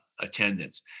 attendance